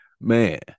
Man